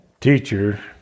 teacher